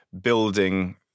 building